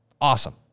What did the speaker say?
Awesome